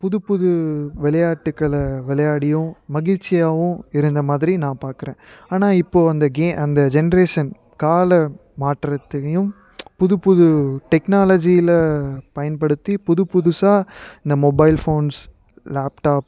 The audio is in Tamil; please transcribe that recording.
புது புது விளையாட்டுக்களை விளையாடியும் மகிழ்ச்சியாகவும் இருந்தமாதிரி நான் பார்க்குறேன் ஆனால் இப்போ அந்த கே அந்த ஜென்ரேஷன் கால மாற்றத்தையும் புது புது டெக்னாலஜி பயன்படுத்தி புது புதுசாக இந்த மொபைல் ஃபோன்ஸ் லேப்டாப்